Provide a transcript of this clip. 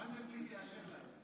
מנדלבליט יאשר להם.